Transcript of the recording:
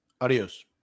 Adios